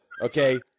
Okay